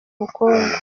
bukungu